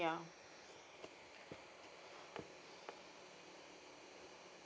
ya